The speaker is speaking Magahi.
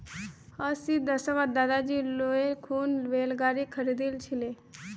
अस्सीर दशकत दादीजी लोन ले खूना बैल गाड़ी खरीदिल छिले